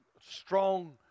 strong